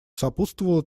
сопутствовало